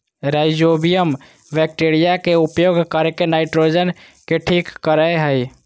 rhizobium bacteria के उपयोग करके नाइट्रोजन के ठीक करेय हइ